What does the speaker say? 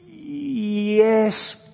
yes